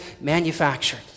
manufactured